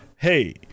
Hey